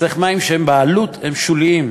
צריך מים שבעלות הם שוליים,